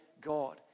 God